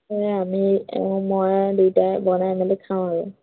এই আমি মই দুটাই বনাই মেলি খাওঁ আৰু